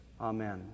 Amen